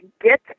get